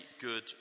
good